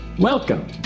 Welcome